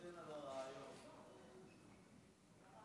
לרשותך שלוש דקות, בבקשה.